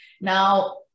Now